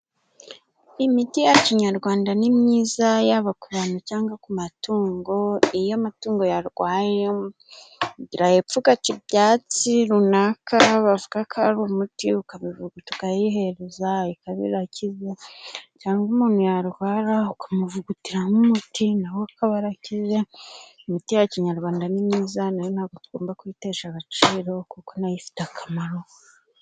Imiti ya kinyarwanda ni myiza yaba ku bantu cyangwa ku matungo. Iyo amatungo yarwaye ugera hepfo ugaca ibyatsi runaka bavuga ko ari umuti ukabivuguta ukayihereza ikaba irakize, cyangwa umuntu yarwara ukamuvugutiramo umuti nawe akaba arakize. Imiti ya kinyarwanda ni myiza nayo ntabwo tugomba kuyitesha agaciro kuko nayo ifite akamaro.